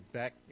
back